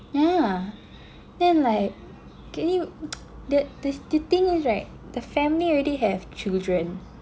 yeah then like can you the the the thing is right the family already have children